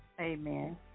Amen